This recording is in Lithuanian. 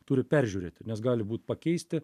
turi peržiūrėti nes gali būt pakeisti